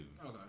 Okay